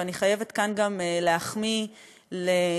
ואני חייבת כאן גם להחמיא לחברי,